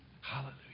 Hallelujah